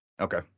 Okay